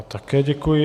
Také děkuji.